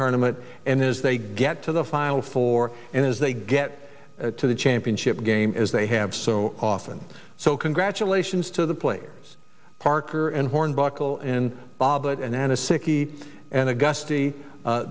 tournament and as they get to the final four and as they get to the championship game as they have so often so congratulations to the players parker and hornbuckle and